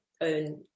own